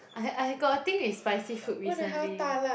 I had I got a thing with spicy food recently